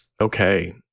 Okay